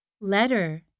letter